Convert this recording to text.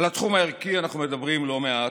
על התחום הערכי אנחנו מדברים לא מעט,